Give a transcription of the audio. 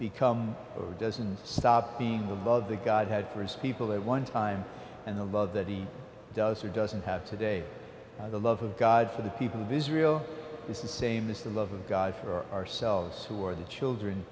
become or doesn't stop being the mother god had for his people at one time and the love that he does or doesn't have today the love of god for the people of israel is the same as the love of god for ourselves who are the children